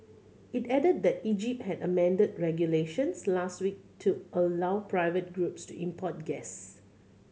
it added that Egypt had amended regulations last week to allow private groups to import gas